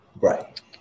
Right